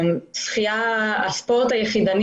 מדובר בספורט יחידני